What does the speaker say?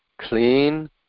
clean